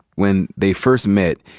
when they first met,